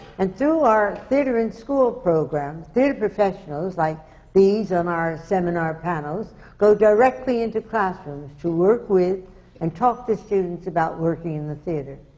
and through our theatre in school program, theatre professionals like these on our seminar panels go directly into classrooms to work with and talk to students about working in the theatre.